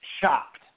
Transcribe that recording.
shocked